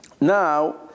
Now